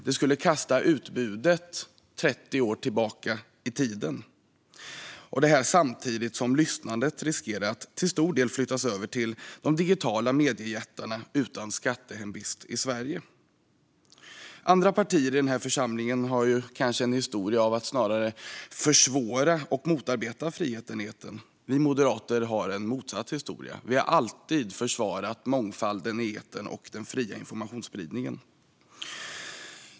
Det skulle kasta utbudet 30 år tillbaka i tiden, detta samtidigt som lyssnandet riskerar att till stor del flyttas över till de digitala mediejättarna utan skattehemvist i Sverige. Andra partier i den här församlingen har kanske en historia av att snarare försvåra och motarbeta friheten i etern. Vi moderater har en motsatt historia. Vi har alltid försvarat mångfalden i etern och den fria informationsspridningen.